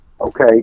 Okay